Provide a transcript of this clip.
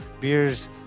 beers